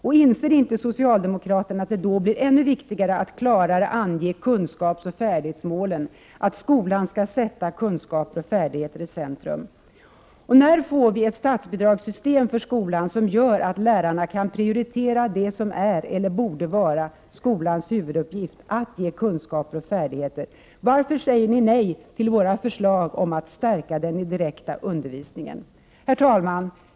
Och inser inte socialdemokraterna att det blir ännu viktigare att klarare ange målen — att skolan skall sätta kunskaper och färdigheter i centrum? När får vi ett statsbidragssystem för skolan som gör att lärarna kan prioritera det som är — eller borde vara — skolans huvuduppgift, att ge kunskaper och färdigheter? Varför säger ni nej till våra förslag om att stärka den direkta undervisningen? Herr talman!